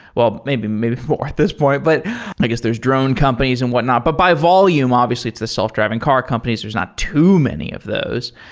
well, maybe, maybe more at this point. but i guess, there's drone companies and whatnot. but by volume, obviously it's the self-driving car companies, there's not too many of those.